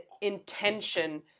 intention